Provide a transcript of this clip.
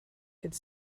could